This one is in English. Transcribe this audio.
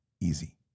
Easy